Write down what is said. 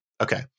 okay